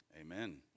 Amen